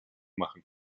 machen